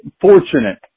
fortunate